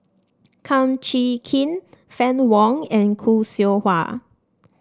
Kum Chee Kin Fann Wong and Khoo Seow Hwa